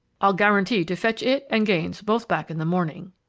i'll guarantee to fetch it and gaines both back in the morning!